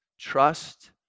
Trust